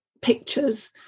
pictures